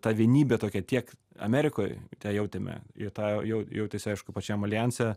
ta vienybė tokia tiek amerikoj tą jautėme tą jau jautėsi aišku pačiam aljanse